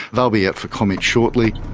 they'll be out for comment shortly.